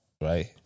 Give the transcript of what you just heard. right